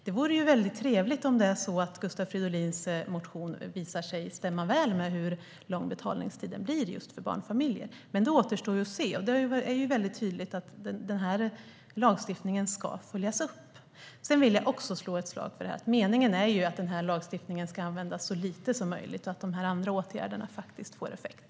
Det vore trevligt om det visar sig att Gustav Fridolins motion stämmer väl överens med hur lång betalningstiden blir för just barnfamiljer. Men det återstår att se. Och det framgår mycket tydligt att denna lagstiftning ska följas upp. Jag vill också slå ett slag för att meningen är att denna lagstiftning ska användas så lite som möjligt och att de andra åtgärderna faktiskt ska få effekt.